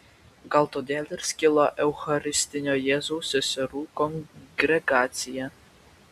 gal todėl ir skilo eucharistinio jėzaus seserų kongregacija